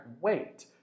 wait